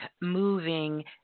moving